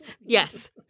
Yes